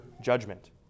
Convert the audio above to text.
judgment